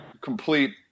complete